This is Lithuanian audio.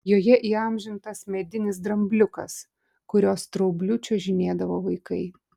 joje įamžintas medinis drambliukas kurio straubliu čiuožinėdavo vaikai